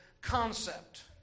concept